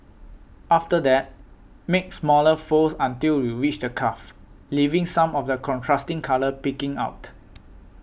after that make smaller folds until you reach the cuff leaving some of the contrasting colour peeking out